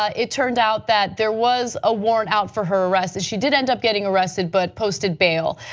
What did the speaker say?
ah it turned out that there was a warrant out for her arrest, she did end up getting arrested, but posted bail,